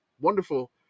wonderful